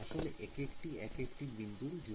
আসলে একেকটি এক একটি বিন্দুর জন্য